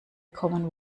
common